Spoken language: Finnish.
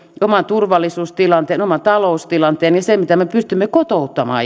oman turvallisuustilanteen oman taloustilanteen ja sen mitä me pystymme kotouttamaan